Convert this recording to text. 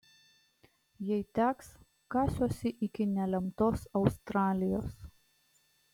jei teks kasiuosi iki nelemtos australijos